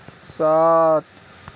سات